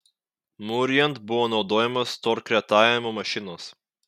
mūrijant buvo naudojamos torkretavimo mašinos